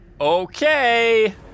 Okay